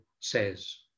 says